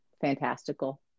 fantastical